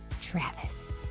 Travis